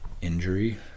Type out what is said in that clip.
Injury